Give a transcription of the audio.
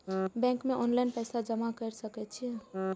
Bank में online पैसा जमा कर सके छीये?